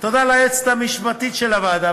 תודה ליועצת המשפטית של הוועדה,